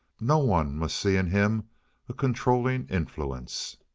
no one must see in him a controlling influence.